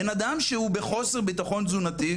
בנאדם שהוא בחוסר ביטחון תזונתי,